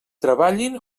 treballin